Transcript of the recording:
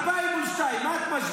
כמה המספר?